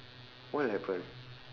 what will happen